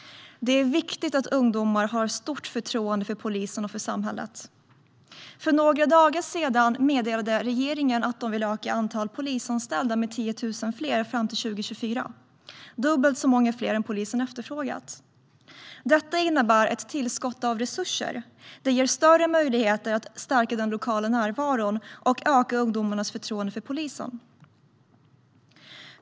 Det är viktigt att ungdomar har ett stort förtroende för polisen och för samhället. För några dagar sedan meddelade regeringen att man vill öka antalet polisanställda med 10 000 fram till 2024. Det är dubbelt så många som polisen efterfrågat. Detta innebär ett tillskott av resurser. Det ger större möjligheter att stärka den lokala närvaron och öka ungdomarnas förtroende för polisen.